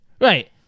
Right